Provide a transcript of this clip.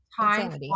time